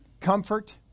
Comfort